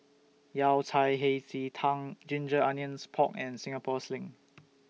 Yao Cai Hei Ji Tang Ginger Onions Pork and Singapore Sling